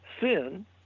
sin